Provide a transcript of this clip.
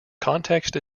context